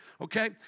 okay